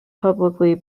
publicly